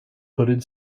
hooded